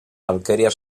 alqueries